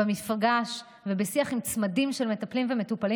מפגש ושיח עם צמדים של מטפלים ומטופלים